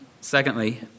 Secondly